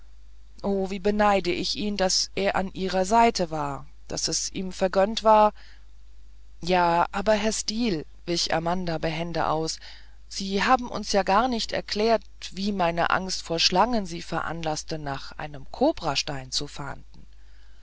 o wie beneide ich ihn daß er an ihrer seite war daß es ihm vergönnt war ja aber herr steel wich amanda behende aus sie haben uns ja gar nicht erklärt wie meine angst vor schlangen sie veranlaßte nach einem kobrastein zu fahnden